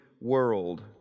world